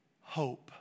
hope